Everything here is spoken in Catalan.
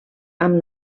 amb